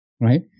Right